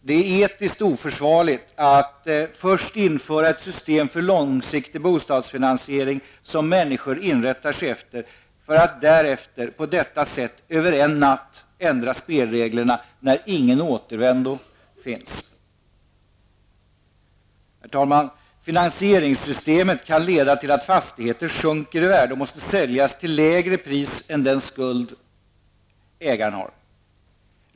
Det är etiskt oförsvarligt att först införa ett system för långsiktig bostadsfinansiering, som människor inrättar sig efter, för att därefter på detta sätt över en natt ändra spelreglerna när ingen återvändo finns. Herr talman! Finansieringssystemet kan leda till att fastigheter sjunker i värde och måste säljas till lägre pris än den skuld ägaren har.